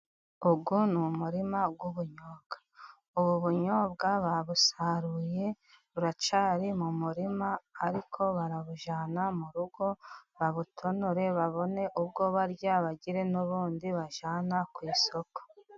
Uwo ni murima w'ubunyobwa. Ubu bunyobwa babusaruye, buracyari mu murima, ariko barabujyana mu rugo babutonore, babone ubwo barya, bagire n'ubundi bajyana ku isoko.